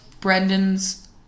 Brendan's